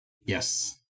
Yes